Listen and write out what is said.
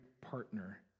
partner